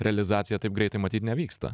realizacija taip greitai matyt nevyksta